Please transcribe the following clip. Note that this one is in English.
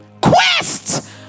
Quest